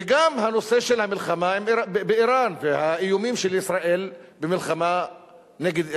וגם הנושא של המלחמה באירן והאיומים של ישראל במלחמה נגד אירן,